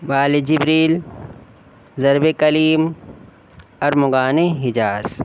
بال Jibril Zarb Kalim Armaghan Hijaz